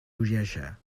bogeja